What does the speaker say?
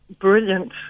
brilliant